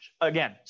again